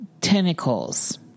tentacles